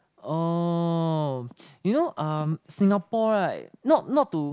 oh you know um Singapore [right] not not to